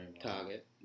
target